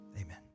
amen